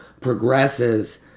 progresses